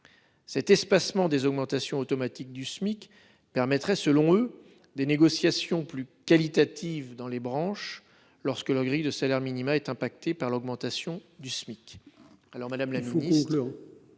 L'espacement des augmentations automatiques du Smic permettrait selon eux des négociations plus qualitatives dans les branches, lorsque la grille de salaires minima est impactée par l'augmentation du Smic. Il faut conclure ! Madame la ministre,